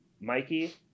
Mikey